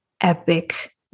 epic